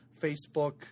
Facebook